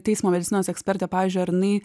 teismo medicinos ekspertė pavyzdžiui ar jinai